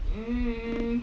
mm